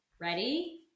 Ready